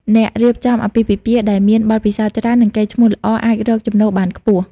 អ្នករៀបចំអាពាហ៍ពិពាហ៍ដែលមាន បទពិសោធន៍ច្រើន និងកេរ្តិ៍ឈ្មោះល្អ អាចរកចំណូលបានខ្ពស់។